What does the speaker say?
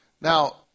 Now